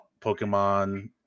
Pokemon